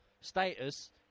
status